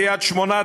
קריית-שמונה,